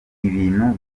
ibintu